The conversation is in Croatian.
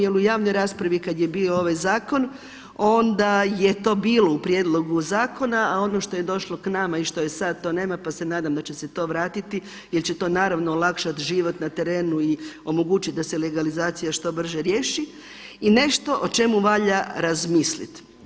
Jer u javnoj raspravi kada je bio ovaj zakon onda je to bilo u prijedlogu zakona, a ono što je došlo k nama i što je sada to nema, pa se nadam da će se to vratiti jer će to naravno olakšati život na terenu i omogućiti da se legalizacija što brže riješi i nešto o čemu valja razmisliti.